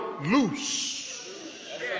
loose